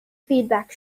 feedback